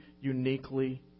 uniquely